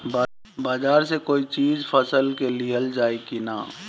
बाजार से कोई चीज फसल के लिहल जाई किना?